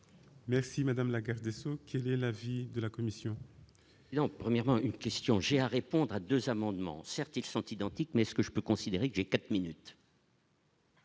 Merci madame la garde des sceaux qui est l'avis de la commission. Non, premièrement, une question, j'ai à répondre à 2 amendements Certif sont identiques, mais ce que je peux considérer que j'ai 4 minutes.